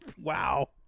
Wow